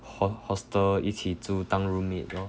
hos~ hostel 一起住当 roommate lor